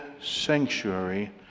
sanctuary